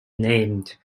named